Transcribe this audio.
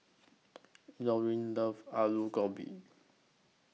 Lorine loves Alu Gobi